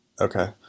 Okay